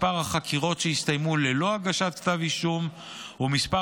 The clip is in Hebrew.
מספר החקירות שהסתיימו ללא הגשת כתב אישום ומספר